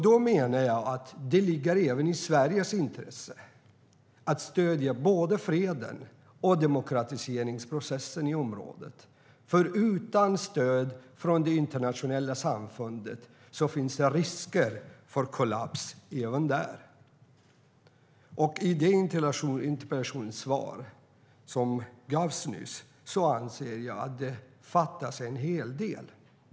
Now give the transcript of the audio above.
Då ligger det även i Sveriges intresse att stödja både freden och demokratiseringsprocessen i området. Utan stöd från det internationella samfundet finns det nämligen risk för kollaps även där. I det interpellationssvar som nyss gavs anser jag att det fattas en hel del.